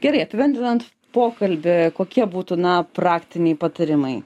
gerai apibendrinant pokalbį kokie būtų na praktiniai patarimai